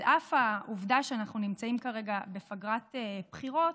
על אף העובדה שאנחנו נמצאים כרגע בפגרת בחירות,